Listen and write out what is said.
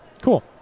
Cool